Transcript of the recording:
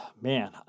Man